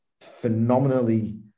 phenomenally